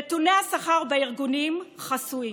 נתוני השכר בארגונים חסויים,